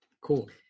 Cool